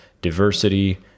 diversity